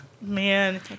Man